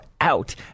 out